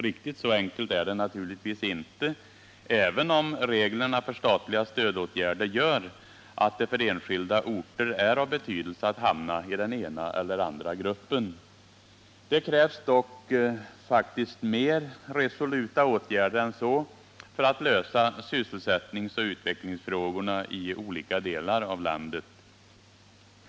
Riktigt så enkelt är det naturligtvis inte, även om reglerna för statliga stödåtgärder gör att det för enskilda orter är av betydelse att hamna i den ena eller den andra gruppen. Det krävs dock faktiskt mer resoluta åtgärder än så för att lösa sysselsättningsoch utvecklingsproblemen i olika delar av landet.